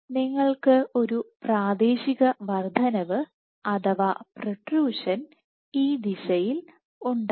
നിങ്ങൾക്ക് ഒരു പ്രാദേശിക വർദ്ധനവ് അഥവാ പ്രൊട്രുഷൻ ഈ ദിശയിൽ ഉണ്ടായി